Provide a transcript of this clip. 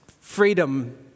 freedom